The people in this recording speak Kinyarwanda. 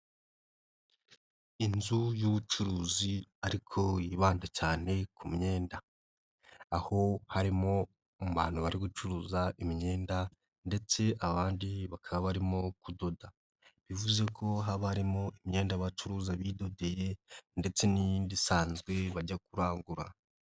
Inzu y'ubucuruzi ariko yibanda cyane ku myenda, aho harimo abantu bari gucuruza imyenda ndetse abandi bakaba barimo kudoda, bivuze ko habamo imyenda bacuruza bidodeye ndetse n'yindi isanzwe bajya kurangura.